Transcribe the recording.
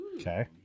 Okay